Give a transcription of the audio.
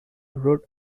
wrote